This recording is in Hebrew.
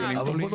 שמענו.